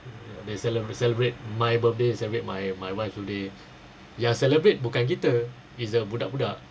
they celeb~ celebrate my birthday celebrate my my wife birthday their celebrate bukan kita is the budak-budak